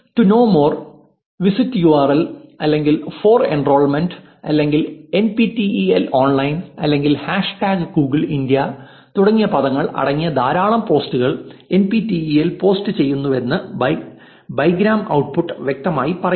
'to know more' 'visit U R L' അല്ലെങ്കിൽ for enrolment അല്ലെങ്കിൽ N P T E L online അല്ലെങ്കിൽ 'hashtag Google India' തുടങ്ങിയ പദങ്ങൾ അടങ്ങിയ ധാരാളം പോസ്റ്റുകൾ N P T E L പോസ്റ്റുചെയ്യുന്നുവെന്ന് ബൈഗ്രാം ഔട്ട്പുട്ട് വ്യക്തമായി പറയുന്നു